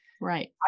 Right